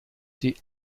die